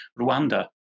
Rwanda